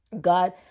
God